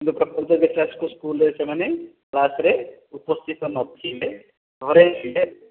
ପ୍ରକୃତ ଦେଖିବାକୁ ଗଲେ ସ୍କୁଲରେ ସେମାନେ କ୍ଲାସରେ ଉପସ୍ଥିତ ନଥିଲେ ଘରେ ଥିଲେ